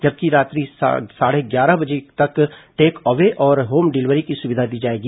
जबकि रात्रि साढ़े ग्यारह बजे तक टेक अवे और होम डिलीवरी की सुविधा दी जाएगी